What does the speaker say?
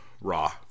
Raw